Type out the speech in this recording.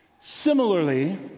Similarly